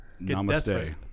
Namaste